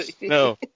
No